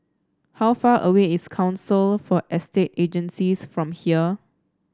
how far away is Council for Estate Agencies from here